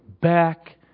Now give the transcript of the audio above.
back